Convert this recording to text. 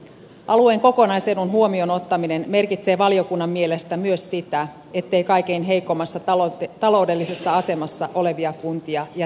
alueen kokonaisedun huomioon ottaminen merkitsee valiokunnan mielestä myös sitä ettei kaikkein heikoimmassa taloudellisessa asemassa olevia kuntia jätetä yksin